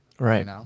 Right